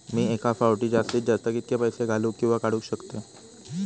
मी एका फाउटी जास्तीत जास्त कितके पैसे घालूक किवा काडूक शकतय?